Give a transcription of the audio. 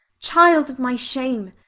child of my shame,